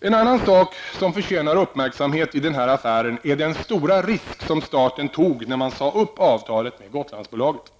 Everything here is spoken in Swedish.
En annan sak som förtjänar uppmärksamhet i den här affären är den stora risk som staten tog när man sade upp avtalet med Gotlandsbolaget.